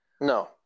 No